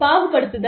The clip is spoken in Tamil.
பாகுபாடுத்துதல்